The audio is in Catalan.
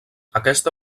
aquesta